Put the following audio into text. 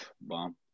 Bomb